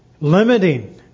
limiting